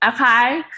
Okay